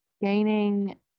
gaining